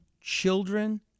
children